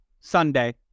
Sunday